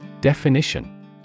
Definition